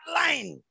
line